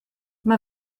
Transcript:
mae